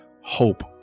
hope